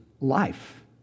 Life